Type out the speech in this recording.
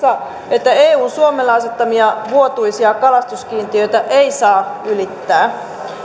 että eun suomelle asettamia vuotuisia kalastuskiintiöitä ei saa ylittää